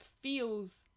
feels